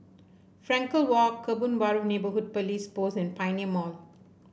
Frankel Walk Kebun Baru Neighbourhood Police Post and Pioneer Mall